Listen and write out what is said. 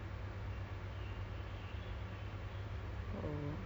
either work from home or face to face ah I preferred tapi